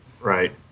Right